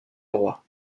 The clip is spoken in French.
roi